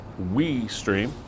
WeStream